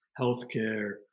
healthcare